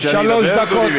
רבותי,